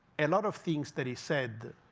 and lot of things that he said